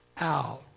out